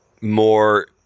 more